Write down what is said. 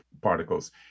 particles